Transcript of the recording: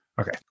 Okay